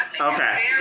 Okay